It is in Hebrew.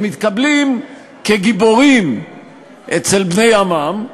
הם מתקבלים כגיבורים אצל בני עמם,